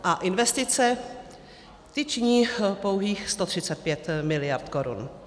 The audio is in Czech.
A investice, ty činí pouhých 135 mld. korun.